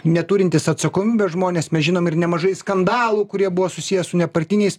neturintys atsakomybės žmonės mes žinom ir nemažai skandalų kurie buvo susiję su nepartiniais